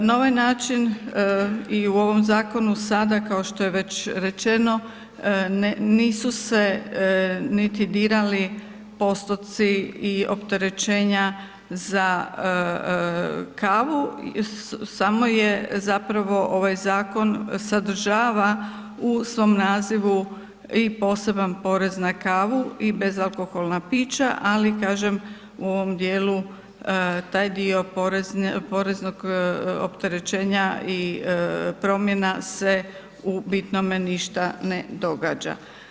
Na ovaj način i u ovom zakonu sada kao što je već rečeno, nisu se niti dirali postotci i opterećenja za kavu, samo je zapravo ovaj zakon sadržava u svom nazivu i poseban porez na kavu i bezalkoholna pića ali kažem, u ovom djelu taj dio poreznog opterećenja i promjena se u bitnome ništa ne događa.